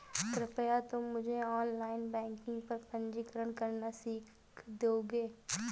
कृपया तुम मुझे ऑनलाइन बैंकिंग पर पंजीकरण करना सीख दोगे?